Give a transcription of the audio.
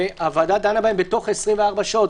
והוועדה דנה בהם בתוך 24 שעות,